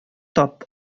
тап